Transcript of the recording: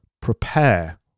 Prepare